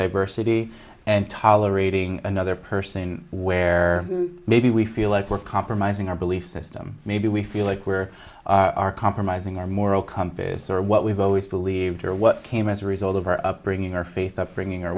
diversity and tolerating another person where maybe we feel like we're compromising our belief system maybe we feel like we're are compromising our moral compass or what we've always believed or what came as a result of our upbringing our faith upbringing or